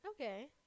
okay